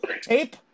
tape